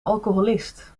alcoholist